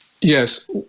Yes